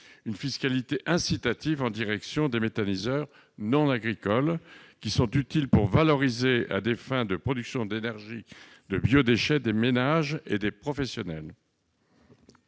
une fiscalité incitative en direction des méthaniseurs non agricoles, qui sont utiles pour valoriser à des fins de production d'énergie les biodéchets des ménages et des professionnels.